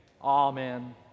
Amen